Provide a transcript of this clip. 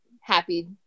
happy